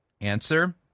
Answer